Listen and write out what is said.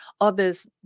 Others